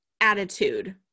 attitude